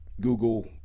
Google